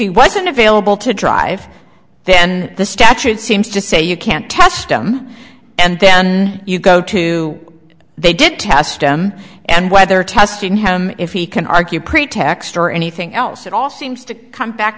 he wasn't available to drive then the statute seems to say you can't test him and then you go to they did test him and whether testing him if he can argue pretext or anything else at all seems to come back